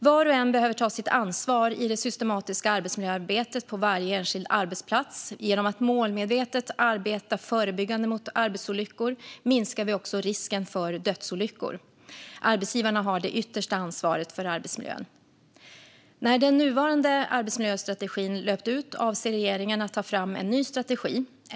Var och en behöver ta sitt ansvar i det systematiska arbetsmiljöarbetet på varje enskild arbetsplats. Genom att målmedvetet arbeta förebyggande mot arbetsolyckor minskar vi också risken för dödsolyckor. Arbetsgivarna har det yttersta ansvaret för arbetsmiljön. När den nuvarande arbetsmiljöstrategin löpt ut avser regeringen att ta fram en ny strategi.